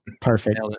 Perfect